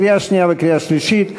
לקריאה שנייה ולקריאה שלישית,